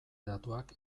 datuak